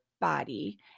body